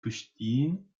verstehen